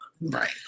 right